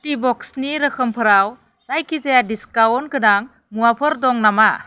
टिब'क्सनि रोखोमफोराव जायखिजाया डिसकाउन्ट गोनां मुवाफोर दङ नामा